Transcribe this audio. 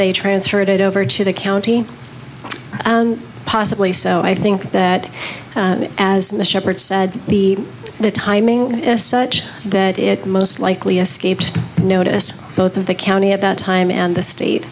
they transferred it over to the county possibly so i think that asthma shepherd said the timing is such that it most likely escaped notice both of the county at that time and the state